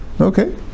Okay